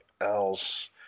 else